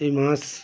এই মাছ